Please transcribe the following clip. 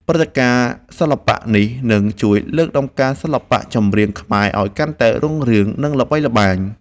ព្រឹត្តិការណ៍សិល្បៈនេះនឹងជួយលើកតម្កើងសិល្បៈចម្រៀងខ្មែរឱ្យកាន់តែរុងរឿង និង ល្បីល្បាញ។